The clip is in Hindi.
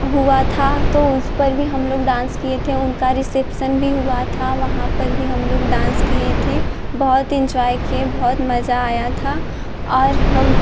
हुआ था तो उस पर भी हम लोग डांस किए थे उनका रिसेप्शन भी हुआ था वहाँ पर भी हम लोग डांस किए थे बहुत इंजॉय किए बहुत मज़ा आया था और हम